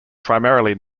primarily